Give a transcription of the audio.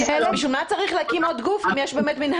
בשביל מה צריך להקים עוד גוף אם יש מינהלת?